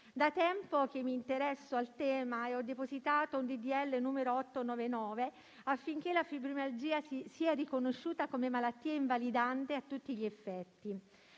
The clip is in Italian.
Da tempo mi interesso al tema; ho depositato il disegno di legge n. 899, affinché la fibromialgia sia riconosciuta come malattia invalidante a tutti gli effetti.